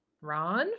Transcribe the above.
Ron